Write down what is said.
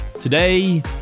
Today